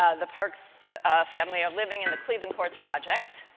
ah the parks' family of living in the cleveland courts projects.